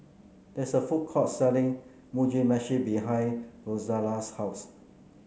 there is a food court selling Mugi Meshi behind Rosella's house